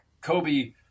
Kobe